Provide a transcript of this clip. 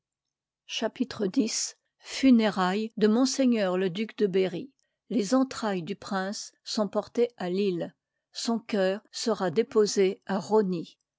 chap x funérailles de m le duc de berry les entrailles du prince sont portées à lille son cœur sera déposé à rosny